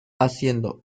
haciendo